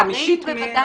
בוודאי.